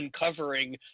uncovering